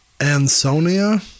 Ansonia